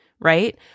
Right